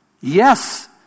yes